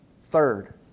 Third